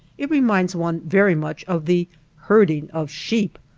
it reminds one very much of the herding of sheep,